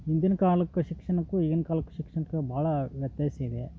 ಹಿಂದಿನ ಕಾಲಕ್ಕೆ ಶಿಕ್ಷಣಕ್ಕೂ ಈಗಿನ ಕಾಲಕ್ಕೆ ಶಿಕ್ಷಣಕ್ಕೆ ಭಾಳ ವ್ಯತ್ಯಾಸ ಇದೆ